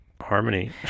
harmony